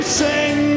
sing